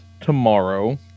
tomorrow